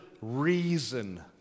reason